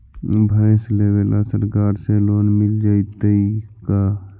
भैंस लेबे ल सरकार से लोन मिल जइतै का?